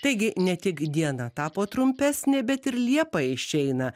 taigi ne tik diena tapo trumpesnė bet ir liepa išeina